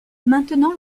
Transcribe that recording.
maintenant